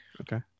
okay